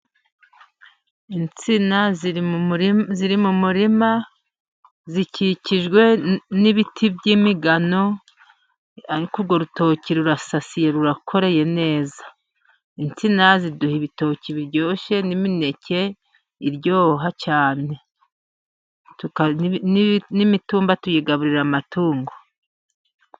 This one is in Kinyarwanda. Insina ziri mu murima zikikijwe n'ibiti by'imigano, ariko urwo rutoki rurasasiye rurakoreye neza, insina ziduha ibitoki biryoshye n'imineke iryoha cyane, n'imitumba tuyigaburira amatungo.